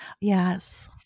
Yes